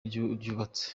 ryubatse